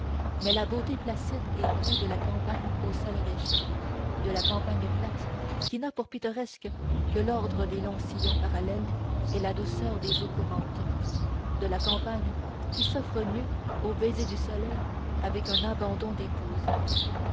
mais la beauté placide et vraie de la campagne au sol riche de la campagne plate qui n'a pour pittoresque que l'ordre des longs sillons parallèles et la douceur des eaux courantes de la campagne qui s'offre nue aux baisers du soleil avec un abandon d'épouse